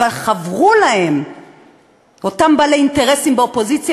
אבל חברו להם אותם בעלי אינטרסים באופוזיציה